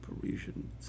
Parisian